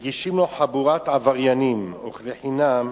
מגישים לו חבורת עבריינים אוכלי חינם,